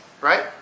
right